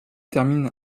termine